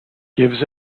gives